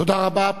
תודה רבה.